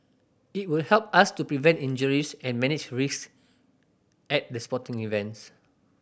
it will help us to prevent injuries and manage risk at the sporting events